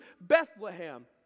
Bethlehem